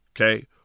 okay